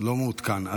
לא מעודכן.